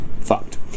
Fucked